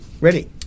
Ready